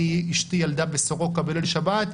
אשתי ילדה בסורוקה בליל שבת.